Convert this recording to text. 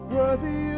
Worthy